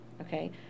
okay